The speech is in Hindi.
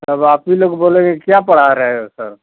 तब आप ही लोग बोलोगे क्या पढ़ा रहे हो सर